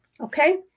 Okay